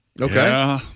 Okay